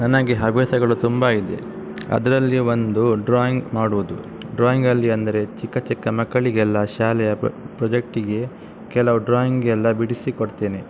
ನನಗೆ ಹವ್ಯಾಸಗಳು ತುಂಬ ಇದೆ ಅದರಲ್ಲಿ ಒಂದು ಡ್ರಾಯಿಂಗ್ ಮಾಡುವುದು ಡ್ರಾಯಿಂಗಲ್ಲಿ ಅಂದರೆ ಚಿಕ್ಕ ಚಿಕ್ಕ ಮಕ್ಕಳಿಗೆಲ್ಲ ಶಾಲೆಯ ಪ್ರೊಜೆಕ್ಟಿಗೆ ಕೆಲವು ಡ್ರಾಯಿಂಗ್ ಎಲ್ಲ ಬಿಡಿಸಿಕೊಡ್ತೇನೆ